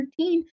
13